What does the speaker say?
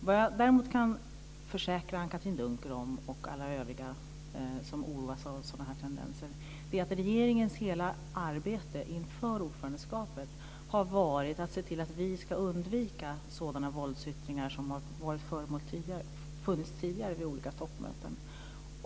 Vad jag däremot kan försäkra Anne-Katrine Dunker och alla övriga som oroas av sådana tendenser om är att regeringens hela arbete inför ordförandeskapet har gått ut på att se till att vi ska undvika sådana våldsyttringar som har förekommit tidigare vid olika toppmöten.